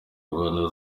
rwanda